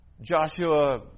Joshua